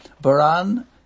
Baran